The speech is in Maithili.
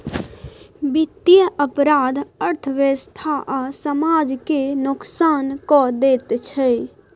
बित्तीय अपराध अर्थव्यवस्था आ समाज केँ नोकसान कए दैत छै